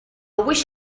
wish